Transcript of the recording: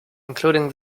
including